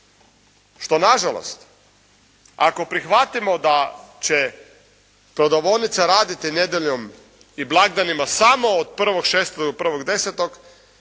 što nažalost ako prihvatimo da će prodavaonice raditi nedjeljom i blagdanima samo od 1.6. do 1.10.